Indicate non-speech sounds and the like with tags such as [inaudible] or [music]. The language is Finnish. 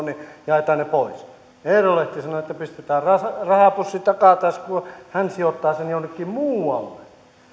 [unintelligible] niin jaetaan ne pois eero lehti sanoo että pistetään rahapussi takataskuun hän sijoittaa sen jonnekin muualle